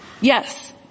Yes